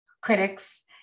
critics